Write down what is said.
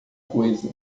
coisa